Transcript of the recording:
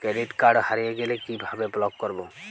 Credit card হারিয়ে গেলে কি ভাবে ব্লক করবো?